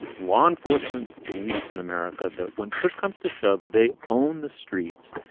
law enforcement's belief in america that when push comes to shove, they own the streets.